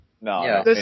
No